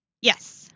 Yes